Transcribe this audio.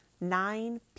nine